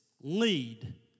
lead